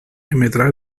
emetrà